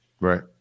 right